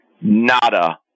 nada